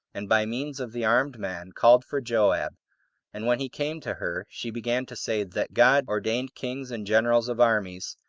and, by means of the armed men, called for joab and when he came to her, she began to say, that god ordained kings and generals of armies,